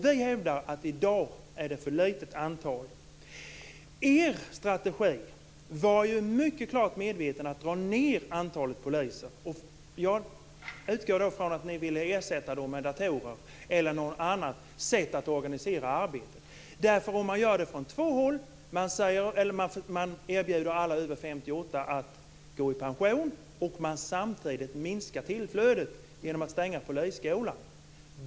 Vi hävdar att antalet i dag är för litet. Er strategi var mycket klart att dra ned på antalet poliser. Jag utgår från att ni ville ersätta dem med datorer eller på annat sätt omorganisera arbetet. Man går fram på två vägar. Alla över 58 års ålder erbjuds att gå i pension, och samtidigt minskar man tillflödet genom att stänga polisskolan.